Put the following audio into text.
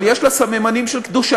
אבל יש לה סממנים של קדושה,